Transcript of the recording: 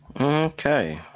Okay